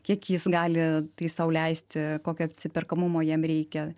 kiek jis gali tai sau leisti kokią atsiperkamumo jam reikia